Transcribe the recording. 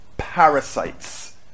parasites